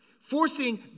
Forcing